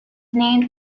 named